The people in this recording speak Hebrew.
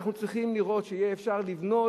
אנחנו צריכים לראות שיהיה אפשר לבנות